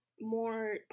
more